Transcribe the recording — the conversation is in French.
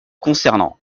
concernant